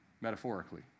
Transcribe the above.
Metaphorically